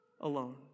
alone